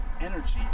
energy